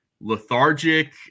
lethargic